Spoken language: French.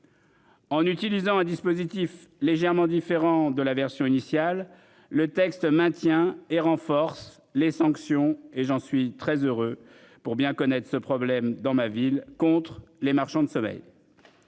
En utilisant un dispositif légèrement différent de la version initiale. Le texte maintient et renforce les sanctions et j'en suis très heureux pour bien connaître ce problème dans ma ville contre les marchands de sommeil.